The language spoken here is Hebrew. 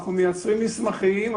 אנחנו מייצרים מסמכים.